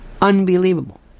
unbelievable